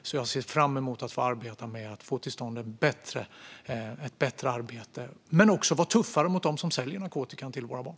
Jag ser fram emot att få arbeta med att få till stånd ett bättre arbete. Det handlar också om att vara tuffare mot dem som säljer narkotikan till våra barn.